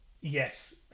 Yes